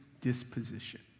disposition